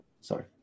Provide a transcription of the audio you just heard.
sorry